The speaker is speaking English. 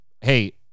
hey